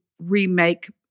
remake